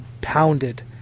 pounded